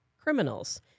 criminals